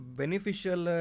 beneficial